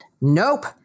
Nope